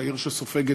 העיר שסופגת,